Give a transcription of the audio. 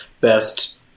Best